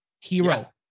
hero